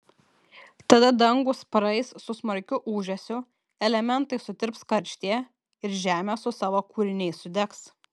tada dangūs praeis su smarkiu ūžesiu elementai sutirps karštyje ir žemė su savo kūriniais sudegs